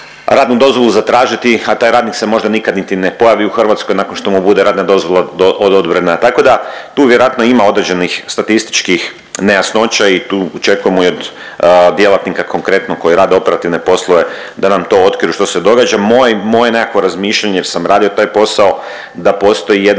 radnu dozvolu zatražiti, a taj radnik se možda nikad niti ne pojavi u Hrvatskoj nakon što mu bude radna dozvola odobrena. Tako da tu vjerojatno ima određenih statističkih nejasnoća i tu očekujemo i od djelatnika konkretno koji rade operativne poslove da nam to otkriju što se događa. Moje, moje nekakvo razmišljanje, jer sam radio taj posao da postoji jedno